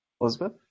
Elizabeth